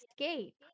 escape